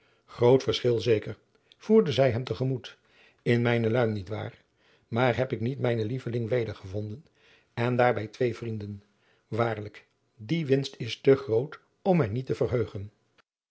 groot verschil zeker voerde zij hem te gemoet in mijne luim niet waar maar heb ik niet mijnen lieveling wedergevonden en daar bij twee vrienden waarlijk die winst is te groot om mij niet te verheugen